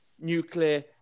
nuclear